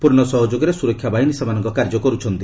ପୂର୍ଣ୍ଣ ସହଯୋଗରେ ସୁରକ୍ଷା ବାହିନୀ ସେମାନଙ୍କ କାର୍ଯ୍ୟ କରୁଛନ୍ତି